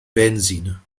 benzene